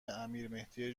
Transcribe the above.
امیرمهدی